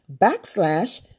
backslash